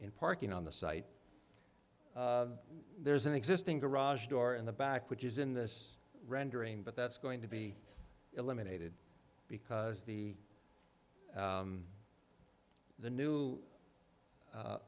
in parking on the site there's an existing garage door in the back which is in this rendering but that's going to be eliminated because the the new